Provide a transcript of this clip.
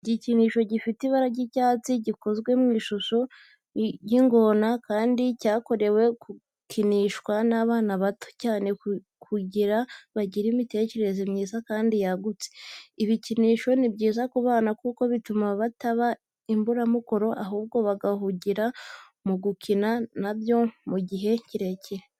Igikinisho gifite ibara ry'icyatsi gikozwe mu ishusho y'ingona kandi cyakorewe gukinishwa n'abana bato cyane kugira bagire imitekerereze myiza kandi yagutse. Ibikinisho ni byiza ku bana kuko bituma bataba imburamukoro ahubwo bagahugira mu gukina na byo mu gihe kirekire.